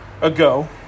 ago